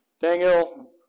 Daniel